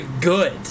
good